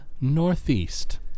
northeast